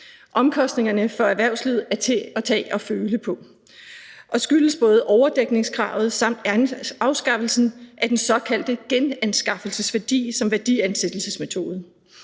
Omkostningerne for erhvervslivet er til at tage og føle på og skyldes både overdækningskravet samt afskaffelsen af den såkaldte genanskaffelsesværdi som værdiansættelsesmetode.